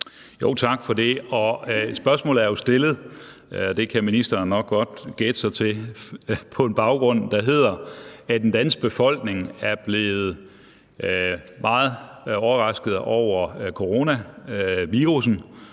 Tak for det. Spørgsmålet er jo stillet – det kan ministeren nok godt gætte sig til – på en baggrund, der hedder, at den danske befolkning er blevet meget overrasket over coronavirussen,